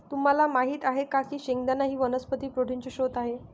तुम्हाला माहित आहे का की शेंगदाणा ही वनस्पती प्रोटीनचे स्त्रोत आहे